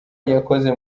yakoze